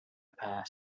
past